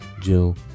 Jill